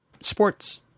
sports